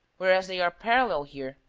whereas they are parallel here,